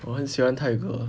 我很喜欢泰国